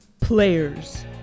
Players